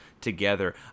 together